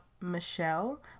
Michelle